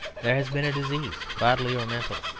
there has been disease, bodily or mental,